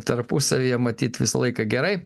tarpusavyje matyt visą laiką gerai